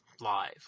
live